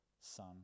son